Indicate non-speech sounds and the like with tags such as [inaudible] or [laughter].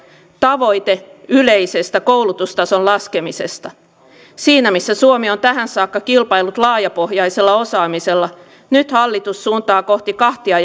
tavoite yleisestä koulutustason laskemisesta siinä missä suomi on tähän saakka kilpaillut laajapohjaisella osaamisella nyt hallitus suuntaa kohti kahtia [unintelligible]